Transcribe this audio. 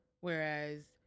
Whereas